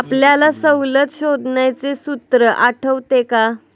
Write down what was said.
आपल्याला सवलत शोधण्याचे सूत्र आठवते का?